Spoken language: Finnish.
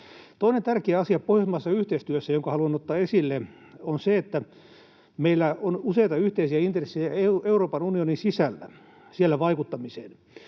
Toinen tärkeä asia pohjoismaisessa yhteistyössä, jonka haluan ottaa esille, on se, että meillä on useita yhteisiä intressejä Euroopan unionin sisällä, siellä vaikuttamiseen,